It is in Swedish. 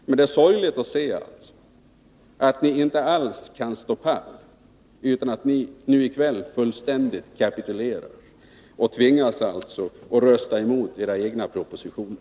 Men det är sorgligt att se att ni inte alls kan stå pall utan att ni nu i kväll fullständigt kapitulerar och tvingas rösta emot era egna propositioner.